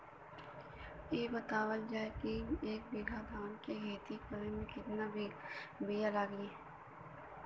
इ बतावल जाए के एक बिघा धान के खेती करेमे कितना बिया लागि?